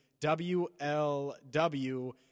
WLW